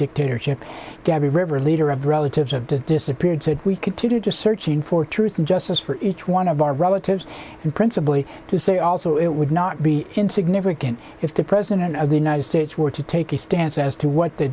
dictatorship gaby river leader of relatives of the disappeared said we continue just searching for truth and justice for each one of our relatives and principly to say also it would not be insignificant if the president of the united states were to take a stance as to what the